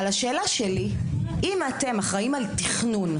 אם אתם אחראים על תכנון,